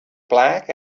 black